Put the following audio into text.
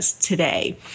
Today